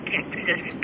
Texas